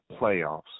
playoffs